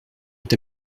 est